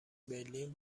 برلین